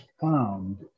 found